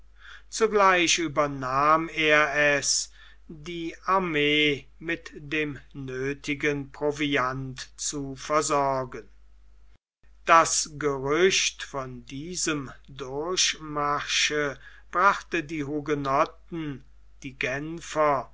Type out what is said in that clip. zugleich übernahm er es die armee mit dem nöthigen proviant zu versorgen das gerücht von diesem durchmarsche brachte die hugenotten die genfer